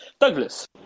Douglas